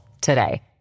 today